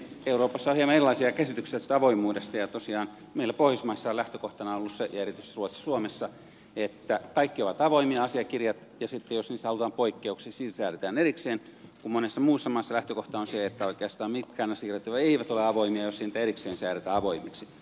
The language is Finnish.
euroopassa on hieman erilaisia käsityksiä tästä avoimuudesta ja tosiaan meillä pohjoismaissa on lähtökohtana ollut se ja erityisesti ruotsi suomessa että kaikki asiakirjat ovat avoimia ja sitten jos niissä halutaan poikkeuksia siitä säädetään erikseen kun monessa muussa maassa lähtökohta on se että oikeastaan mitkään asiakirjat eivät ole avoimia jos ei niitä erikseen säädetä avoimiksi